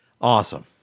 Awesome